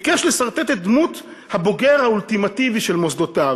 ביקש לסרטט את דמות הבוגר האולטימטיבי של מוסדותיו,